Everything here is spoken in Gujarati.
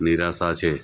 નિરાશા છે